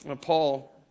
Paul